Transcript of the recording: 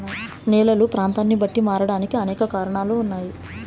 నేలలు ప్రాంతాన్ని బట్టి మారడానికి అనేక కారణాలు ఉన్నాయి